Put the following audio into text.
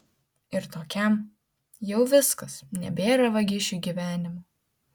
ir tokiam jau viskas nebėra vagišiui gyvenimo